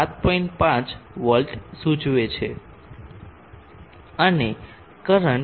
5 volt સૂચવે છે અને કરંટ 1